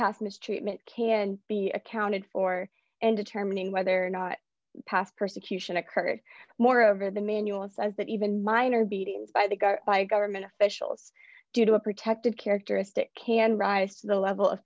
mistreatment can be accounted for and determining whether or not past persecution occurred moreover the manual says that even minor beatings by the guard by government officials due to a protected characteristic can rise to the level of